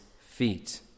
feet